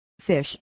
fish